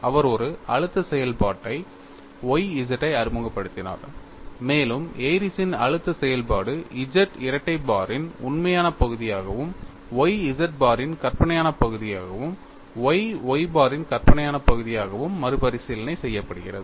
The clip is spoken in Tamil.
அவர் ஒரு அழுத்த செயல்பாட்டை Y z ஐ அறிமுகப்படுத்தினார் மேலும் ஏரிஸ்ன் Airy's அழுத்த செயல்பாடு Z இரட்டை பாரின் உண்மையான பகுதியாகவும் y Z பாரின் கற்பனையான பகுதியாகவும் y Y பாரின் கற்பனையான பகுதியாகவும் மறுபரிசீலனை செய்யப்படுகிறது